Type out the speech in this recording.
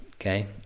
okay